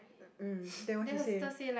mm then what she say